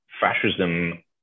fascism